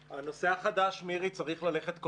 על הנושא החדש צריך ללכת,